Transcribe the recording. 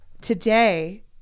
today